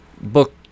Book